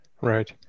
right